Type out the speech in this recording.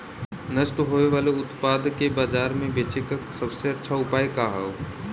नष्ट होवे वाले उतपाद के बाजार में बेचे क सबसे अच्छा उपाय का हो?